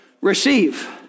receive